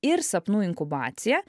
ir sapnų inkubacija